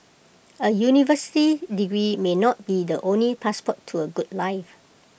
A university degree may not be the only passport to A good life